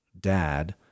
dad